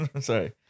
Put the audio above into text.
sorry